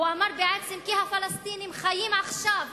הוא אמר בעצם כי הפלסטינים חיים עכשיו,